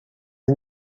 این